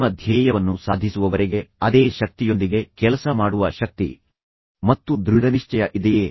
ನಿಮ್ಮ ಧ್ಯೇಯವನ್ನು ಸಾಧಿಸುವವರೆಗೆ ಅದೇ ಶಕ್ತಿಯೊಂದಿಗೆ ಕೆಲಸ ಮಾಡುವ ಶಕ್ತಿ ಮತ್ತು ದೃಢನಿಶ್ಚಯ ಇದೆಯೇ